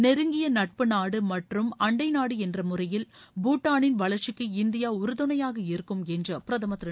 நெருங்கிய நட்பு நாடு மற்றும் அண்டை நாடு என்ற முறையில் பூடானின் வளர்ச்சிக்கு இந்தியா உறுதுணையாக இருக்கும் என்று பிரதமர் திரு